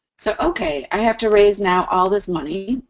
so, okay, i have to raise now all this money,